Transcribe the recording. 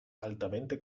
altamente